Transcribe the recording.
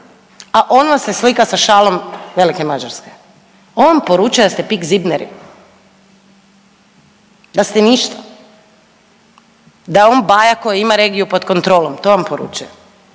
a on vam se slika sa šalom velike Mađarske, on poručuje da ste pik zibneri, da ste ništa, da je on baja koji ima regiju pod kontrolom. To vam poručuje,